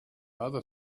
other